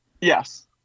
Yes